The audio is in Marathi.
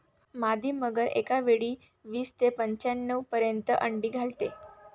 मादी मगर एकावेळी वीस ते पंच्याण्णव पर्यंत अंडी घालते